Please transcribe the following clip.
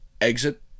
exit